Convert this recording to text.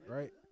Right